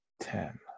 ten